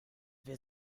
wer